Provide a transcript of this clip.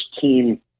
team